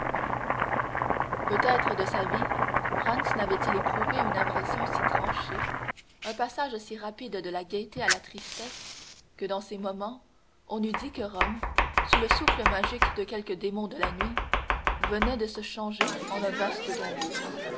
peut-être de sa vie franz n'avait-il éprouvé une impression si tranchée un passage si rapide de la gaieté à la tristesse que dans ce moment on eût dit que rome sous le souffle magique de quelque démon de la nuit venait de se changer en un vaste tombeau